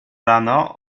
rano